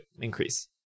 increase